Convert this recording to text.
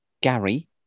Gary